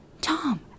Tom